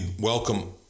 welcome